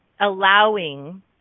allowing